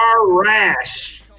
rash